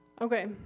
Okay